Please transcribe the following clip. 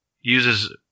uses